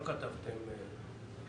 לא כתבתם תאריך.